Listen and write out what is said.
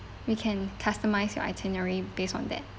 we can customise your itinerary based on that